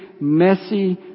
messy